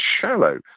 shallow